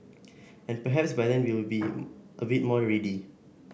and perhaps by then we will be a bit more ready